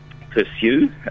pursue